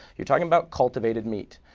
you're talking about cultivated meat.